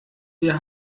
wir